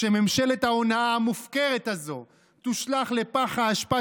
כשממשלת ההונאה המופקרת הזו תושלך לפח האשפה